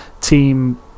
team